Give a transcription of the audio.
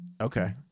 Okay